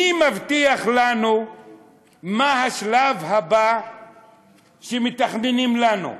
מי מבטיח לנו מה השלב הבא שמתכננים לנו?